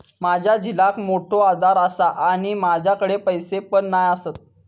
माझ्या झिलाक मोठो आजार आसा आणि माझ्याकडे पैसे पण नाय आसत